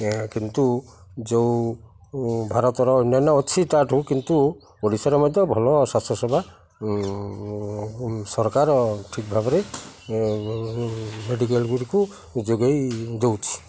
ଏ କିନ୍ତୁ ଯେଉଁ ଭାରତର ଅନ୍ୟାନ୍ୟ ଅଛି ତା'ଠୁ କିନ୍ତୁ ଓଡ଼ିଶାରେ ମଧ୍ୟ ଭଲ ସ୍ୱାସ୍ଥ୍ୟସେବା ସରକାର ଠିକ୍ ଭାବରେ ମେଡ଼ିକାଲ୍ ଗୁଡ଼ିକୁ ଯୋଗାଇ ଦଉଛି